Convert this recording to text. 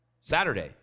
Saturday